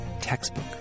textbook